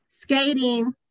Skating